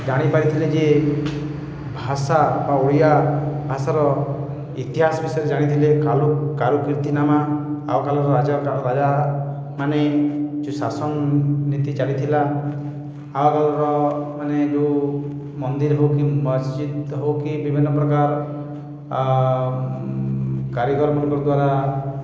ଜାଣିପାରିଥିଲେ ଯେ ଭାଷା ବା ଓଡ଼ିଆ ଭାଷାର ଇତିହାସ ବିଷୟରେ ଜାଣିଥିଲେ କାରୁକୀର୍ତ୍ତିନାମା ଆଗ କାଳର ରାଜା ରାଜା ମାନେ ଯୋଉ ଶାସନ ନୀତି ଚାଲିଥିଲା ଆଗ କାଳର ମାନେ ଯୋଉ ମନ୍ଦିର ହଉ କି ମସ୍ଜିଦ୍ ହଉ କି ବିଭିନ୍ନପ୍ରକାର କାରିଗର୍ମାନ୍କର୍ ଦ୍ୱାରା